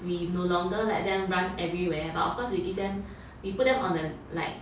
we no longer let them run everywhere but of course we give them we put them on a like